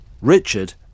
Richard